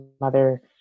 mother